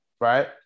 right